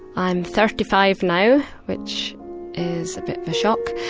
i'm thirty five now, which is a bit of a shock,